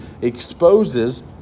exposes